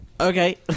Okay